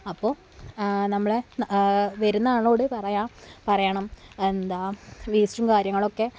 അപ്പോൾ നമ്മളെ വരുന്ന ആളോട് പറയാം പറയണം എന്താണ് വേസ്റ്റും കാര്യങ്ങളുമൊക്കെ